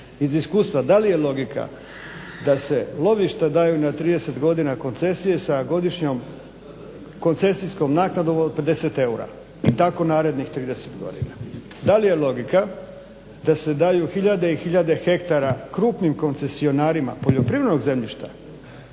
iz iskustva da li je logika da se lovišta daju na 30 godina koncesije sa godišnjom koncesijskom naknadom od 50 eura i tako narednih 30 godina. Da li je logika da se daju hiljade i hiljade hektara krupnim koncesionarima poljoprivrednog zemljišta